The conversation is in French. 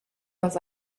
dans